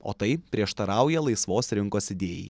o tai prieštarauja laisvos rinkos idėjai